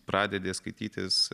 pradedi skaitytis